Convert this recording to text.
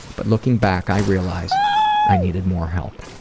but looking back i realize i needed more help.